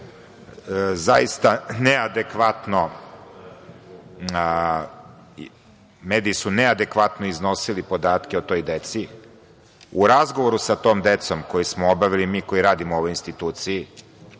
su mediji o tome zaista neadekvatno iznosili podatke o toj deci, u razgovoru sa tom decom, koji smo obavili mi koji radimo u ovoj instituciji